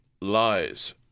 lies